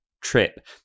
trip